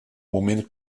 moment